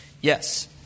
Yes